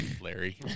Larry